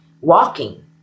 walking